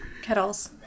Kettles